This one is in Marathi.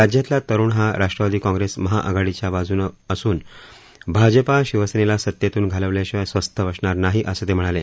राज्यातला तरुण हा राष्ट्रवादी काँग्रेस महाआघाडीच्या बाजूनं असून भाजपा शिवसेनेला सत्तेतून घालवल्याशिवाय स्वस्थ बसणार नाही असं ते म्हणाले